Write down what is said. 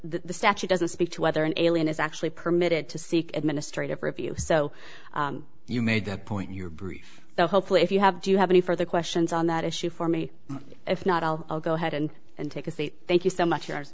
the statute doesn't speak to whether an alien is actually permitted to seek administrative review so you made that point your brief hopefully if you have do you have any further questions on that issue for me if not i'll go ahead and and take a seat thank you so much yours